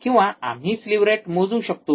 किंवा आम्ही sleeve rate मोजू शकतो